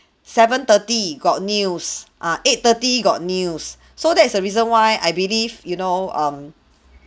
seven-thirty got news uh eight-thirty got news so that is the reason why I believe you know um